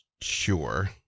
sure